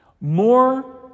more